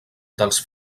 dels